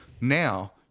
Now